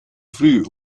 früh